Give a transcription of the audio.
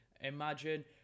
Imagine